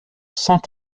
cent